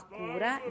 cura